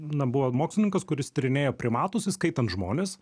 na buvo mokslininkas kuris tyrinėjo primatus įskaitant žmones